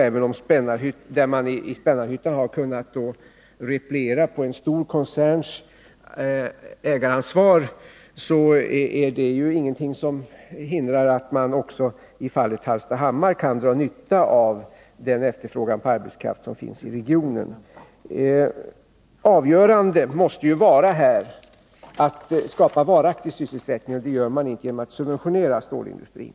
Även om Spännarhyttan kunnat repliera på en stor koncerns ägaransvar, är det ingenting som hindrar att man också i fallet Hallstahammar kan dra nytta av den efterfrågan på arbetskraft som finns i regionen. Avgörande måste vara att skapa varaktig sysselsättning, och det gör man icke genom att subventionera stålindustrin.